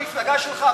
ראש המפלגה שלך,